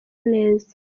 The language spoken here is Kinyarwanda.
neza